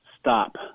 stop